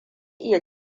iya